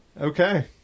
Okay